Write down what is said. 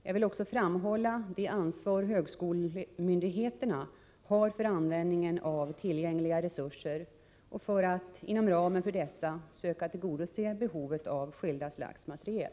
Jag vill också framhålla det ansvar högskolemyndigheterna har för användningen av tillgängliga resurser och för att inom ramen för dessa söka tillgodose behovet av skilda slags materiel.